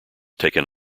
taken